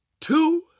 two